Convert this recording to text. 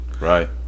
Right